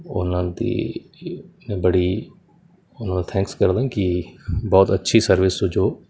ਉਹਨਾਂ ਦੀ ਬੜੀ ਉਹਨਾਂ ਦਾ ਥੈਂਕਸ ਕਰਦਾ ਕਿ ਬਹੁਤ ਅੱਛੀ ਸਰਵਿਸ ਹੈ ਜੋ